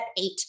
eight